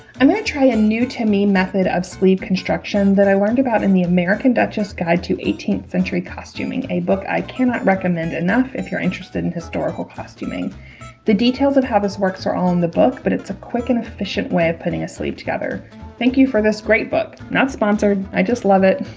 i'm going to try a new to me method of sleeve construction that i learned about in the american duchess guide to eighteenth century costuming a book i cannot recommend enough if you're interested in historical costuming the details of how this works are all in the book but it's a quick and efficient way of putting asleep together thank you for this great book not sponsored i just love it